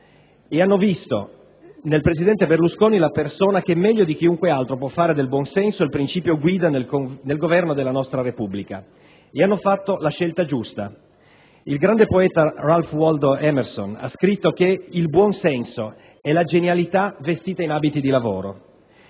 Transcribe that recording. e hanno visto nel presidente Berlusconi la persona che meglio di chiunque altro può fare del buonsenso il principio guida nel Governo della nostra Repubblica, e hanno fatto la scelta giusta. Il grande poeta Ralph Waldo Emerson ha scritto che il buonsenso è la genialità vestita in abiti di lavoro.